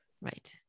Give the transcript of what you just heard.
Right